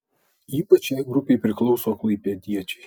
ypač šiai grupei priklauso klaipėdiečiai